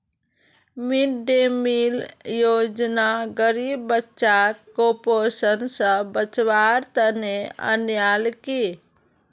mid day meal योजना गरीब बच्चाक कुपोषण स बचव्वार तने अन्याल कि